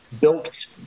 built